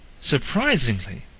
Surprisingly